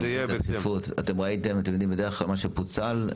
לא מתעסקים במה שפוצל.